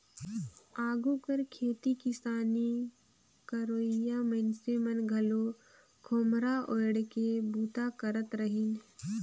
आघु कर खेती किसानी करोइया मइनसे मन घलो खोम्हरा ओएढ़ के बूता करत रहिन